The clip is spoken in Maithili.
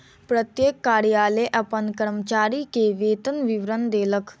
प्रत्येक कार्यालय अपन कर्मचारी के वेतन विवरण देलक